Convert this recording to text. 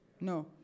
No